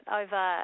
over